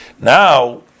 Now